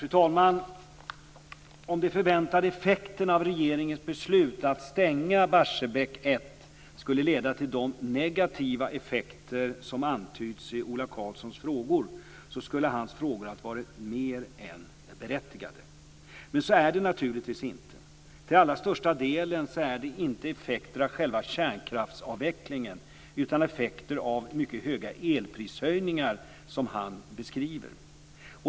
Fru talman! Om de förväntade effekterna av regeringens beslut att stänga Barsebäck 1 skulle leda till de negativa effekter som antyds i Ola Karlssons frågor, skulle hans frågor ha varit mer än berättigade. Men så är det naturligtvis inte. Till allra största delen är det inte effekter av själva kärnkraftsavvecklingen utan effekter av mycket stora elprishöjningar som han beskriver.